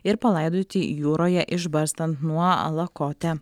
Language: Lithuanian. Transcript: ir palaidoti jūroje išbarstant nuo alakote